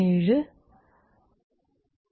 17 4